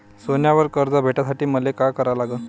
सोन्यावर कर्ज भेटासाठी मले का करा लागन?